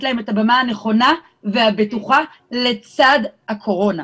להם את הבמה הנכונה והבטוחה לצד הקורונה.